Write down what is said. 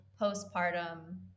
postpartum